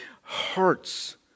hearts